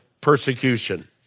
persecution